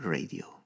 Radio